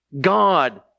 God